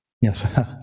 Yes